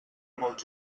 molt